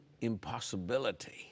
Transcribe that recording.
impossibility